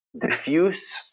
diffuse